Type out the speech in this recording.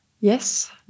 Yes